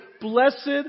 Blessed